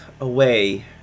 away